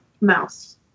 Mouse